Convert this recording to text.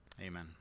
Amen